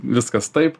viskas taip